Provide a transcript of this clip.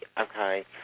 okay